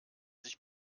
sich